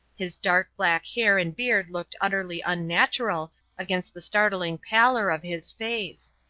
his dark black hair and beard looked utterly unnatural against the startling pallor of his face.